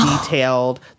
detailed